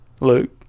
luke